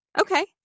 okay